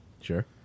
Sure